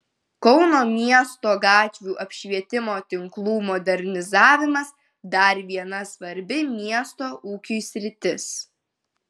kauno miesto gatvių apšvietimo tinklų modernizavimas dar viena svarbi miesto ūkiui sritis